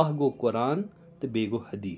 اَکھ گوٚو قۅران تہٕ بیٚیہٕ گوٚو حَدیٖث